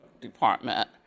department